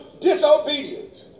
disobedience